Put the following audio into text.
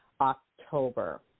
October